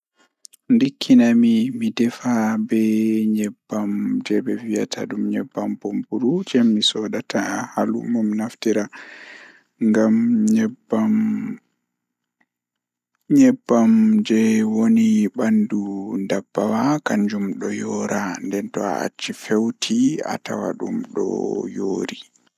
Ko ɗum no waawugol, kono neɗɗo waɗataa waɗde heɓde sooyɗi e waɗal ɓuri. Nde a waawi heɓde sooyɗi, ɗuum njogitaa goongɗi e jam e laaɓugol. Kono nde a heɓi njogordu e respect, ɗuum woodani waawugol ngir heɓde hakkilagol e njarɗi, njikataaɗo goongɗi. Nde e waɗi wattan, ko waɗa heɓde respet e ɓuri jooni,